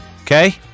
Okay